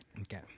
Okay